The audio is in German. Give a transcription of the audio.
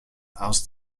aus